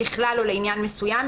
ככלל או לעניין מסוים,